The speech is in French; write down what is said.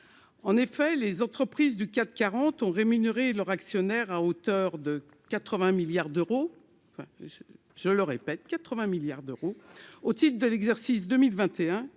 en effet les entreprises du CAC 40 ont rémunéré leur actionnaires à hauteur de 80 milliards d'euros, enfin je le répète, 80 milliards d'euros au titre de l'exercice 2021